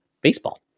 baseball